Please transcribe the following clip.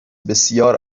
بسیار